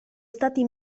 stati